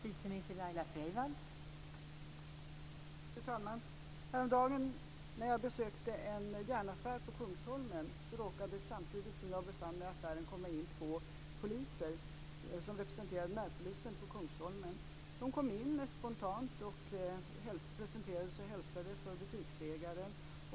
Fru talman! Häromdagen när jag besökte en järnaffär på Kungsholmen råkade två poliser komma in samtidigt som jag befann mig i affären. De representerade närpolisen på Kungsholmen. De kom in spontant, presenterade sig och hälsade på butiksägaren.